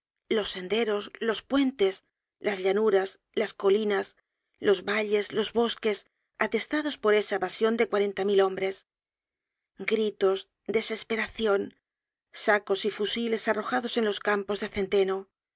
los senderos los puentes las llanuras las colinas los valles los bosques atestados por esa evasion de cuarenta mil hombres gritos desesperacion sacos y fusiles arrojados en los campos de centeno